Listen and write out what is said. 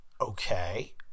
Okay